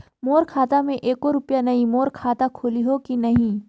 मोर खाता मे एको रुपिया नइ, मोर खाता खोलिहो की नहीं?